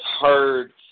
heard